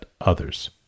others